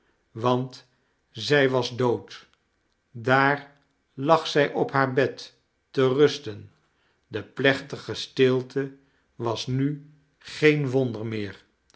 want zij was dood daar lag zij op haar bed te rusten de plechtige stilte was nu geen wonder meer